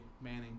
Manning